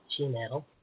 Gmail